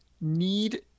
need